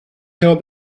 held